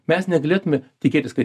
mes negalėtume tikėtis kad